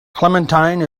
clementine